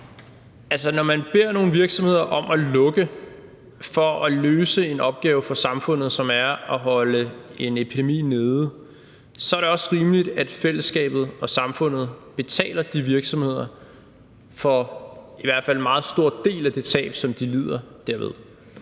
når man beder nogen virksomheder om at lukke for at løse en opgave for samfundet, som er at holde en epidemi nede, så er det også rimeligt, at fællesskabet og samfundet betaler de virksomheder i hvert fald en meget stor del af det tab, som de lider derved.